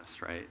right